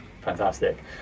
Fantastic